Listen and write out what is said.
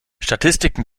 statistiken